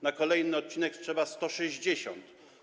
Na kolejny odcinek potrzeba 160.